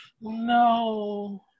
no